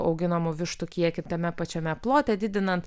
auginamų vištų kiekį tame pačiame plote didinant